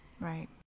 Right